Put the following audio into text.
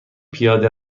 پیاده